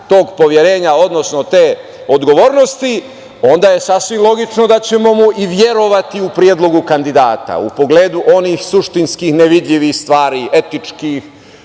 tog poverenja, odnosno te odgovornosti, onda je sasvim logično da ćemo mu i verovati u predlogu kandidata, u pogledu onih suštinskih nevidljivih stvari, etičkih,